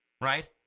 Right